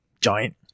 giant